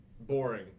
boring